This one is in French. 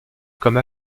comme